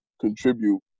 contribute